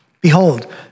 Behold